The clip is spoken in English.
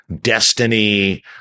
destiny